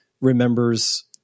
remembers